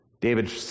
David